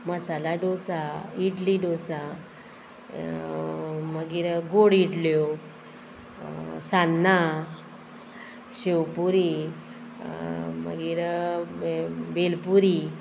मसाला डोसा इडली डोसा मागीर गोड इडल्यो सान्नां शेवपुरी मागीर भेलपुरी